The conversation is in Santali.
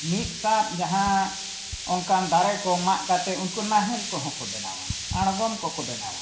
ᱢᱤᱫ ᱥᱟᱵ ᱡᱟᱦᱟᱸ ᱚᱱᱠᱟᱱ ᱫᱟᱨᱮ ᱠᱚ ᱢᱟᱜ ᱠᱟᱛᱮᱫ ᱩᱱᱠᱩ ᱱᱟᱦᱮᱞ ᱠᱚᱦᱚᱸ ᱠᱚ ᱵᱮᱱᱟᱣᱟ ᱟᱬᱜᱚᱢ ᱠᱚᱠᱚ ᱵᱮᱱᱟᱣᱟ